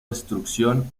destrucción